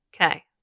Okay